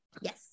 yes